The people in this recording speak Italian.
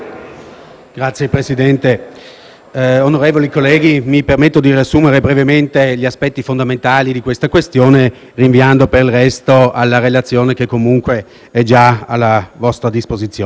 Signor Presidente, onorevoli colleghi, mi permetto di riassumere brevemente gli aspetti fondamentali della questione, rinviando per il resto alla relazione che comunque è già a disposizione